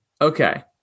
Okay